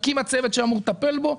הקימה צוות שאמור לטפל בו,